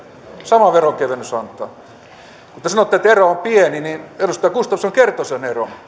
sama veronkevennys antaa kun te sanotte että ero on pieni niin edustaja gustafsson kertoi sen eron